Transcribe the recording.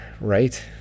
right